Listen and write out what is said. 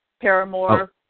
Paramore